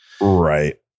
Right